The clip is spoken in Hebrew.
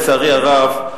לצערי הרב,